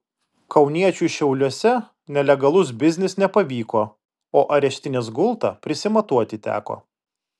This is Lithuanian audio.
kauniečiui šiauliuose nelegalus biznis nepavyko o areštinės gultą prisimatuoti teko